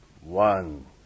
One